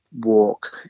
walk